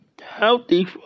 healthy